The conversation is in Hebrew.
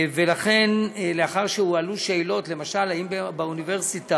ולכן, לאחר שהועלו שאלות, למשל, אם באוניברסיטה